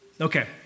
Okay